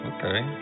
Okay